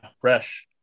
fresh